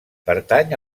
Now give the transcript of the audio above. pertany